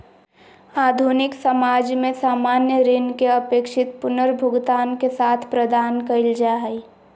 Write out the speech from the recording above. आधुनिक समाज में सामान्य ऋण के अपेक्षित पुनर्भुगतान के साथ प्रदान कइल जा हइ